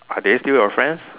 are they still your friends